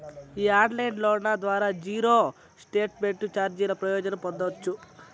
ఈ ఆన్లైన్ లోన్ల ద్వారా జీరో స్టేట్మెంట్ చార్జీల ప్రయోజనం పొందచ్చు